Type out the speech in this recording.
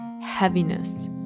heaviness